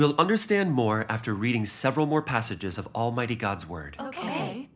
will understand more after reading several more passages of almighty god's word